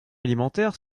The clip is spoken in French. alimentaire